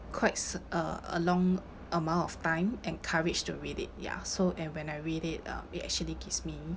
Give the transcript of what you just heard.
quite cer~ uh a long amount of time and courage to read it ya so and when I read it um it actually gives me